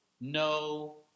no